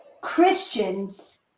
Christians